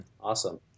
awesome